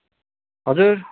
हजुर